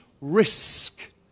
risk